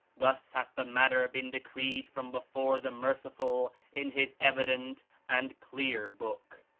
thus hath the matter been decreed from before the merciful in his evident and clear book.